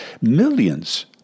millions